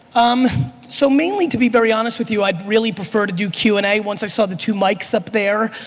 um so mainly to be very honest with you i'd really prefer to do q and amp a once i saw the two mics up there,